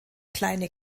kleine